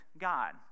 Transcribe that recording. God